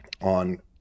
on